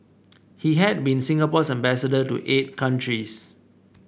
he had been Singapore's ambassador to eight countries